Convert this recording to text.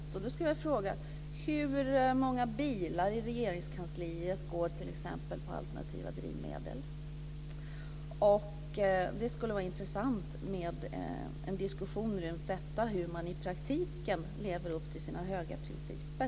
Jag skulle t.ex. vilja fråga hur många bilar i Regeringskansliet som går på alternativa drivmedel. Det skulle vara intressant med en diskussion om hur man i praktiken lever upp till sina höga principer.